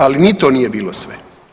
Ali ni to nije bilo sve.